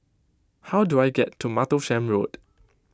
how do I get to Martlesham Road